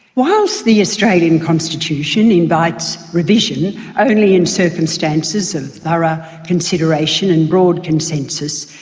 whilst the australian constitution invites revision only in circumstances of thorough consideration and broad consensus,